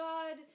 God